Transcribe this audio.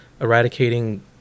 eradicating